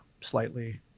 slightly